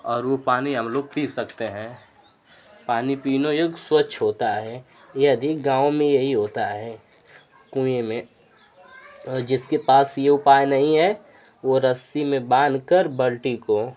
और वो पानी हम लोग पी सकते हैं पानी पीने एक स्वच्छ होता है ये अधिक गाँव में यही होता है कुएँ में जिसके पास ये उपाय नहीं है वो रस्सी में बांध कर बाल्टी को